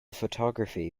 photography